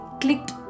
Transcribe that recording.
clicked